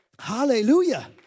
Hallelujah